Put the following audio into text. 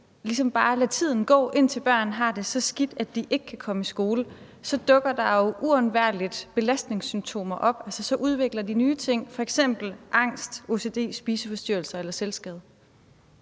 ligesom bare lader tiden gå, indtil børnene har det så skidt, at de ikke kan komme i skole, og der jo så uvægerligt dukker belastningssymptomer op. Altså, så udvikler de nye ting, f.eks. angst, ocd, spiseforstyrrelser eller selvskade.